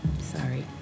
Sorry